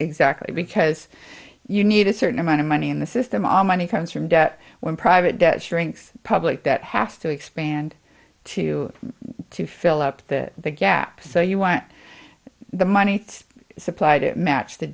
exactly because you need a certain amount of money in the system all money comes from debt when private debt shrinks public that has to expand to to fill up the gap so you want the money supply to match the